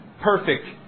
perfect